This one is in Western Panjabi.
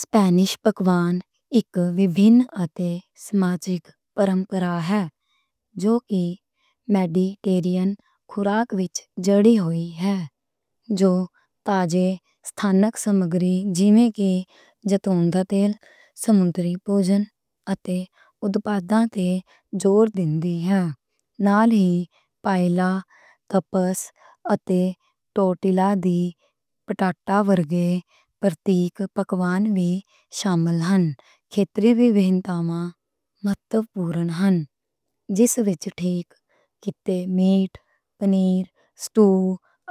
سپینش پکاونی اک وکھری تے سماجک پرمپرا ہے، جو کہ میڈی ٹیرا نی کھوراک وچ جڑی ہوئی ہے۔ ایہہ تازے مقامی سامگری، جیویں کہ زیتون دا تیل، سمندری کھورا، تے اتپاداں تے زور دیندی ہے۔ نال ہی نال، ٹاپاس اتے ٹورتییا تے پٹاٹاس ورگے پرتیک پکوان وی شامل ہن۔ کھتری وکھتاں وی اہم ہن۔ جس وچ ٹھک کیتے میٹ، پنیر، سٹو